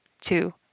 two